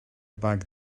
bag